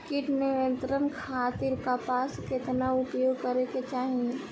कीट नियंत्रण खातिर कपास केतना उपयोग करे के चाहीं?